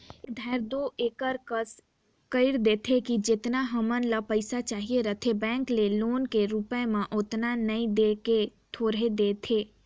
कए धाएर दो एकर कस कइर देथे कि जेतना हमन ल पइसा चाहिए रहथे बेंक ले लोन के रुप म ओतना नी दे के थोरहें दे देथे